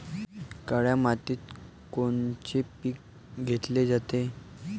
काळ्या मातीत कोनचे पिकं घेतले जाते?